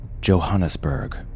Johannesburg